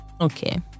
okay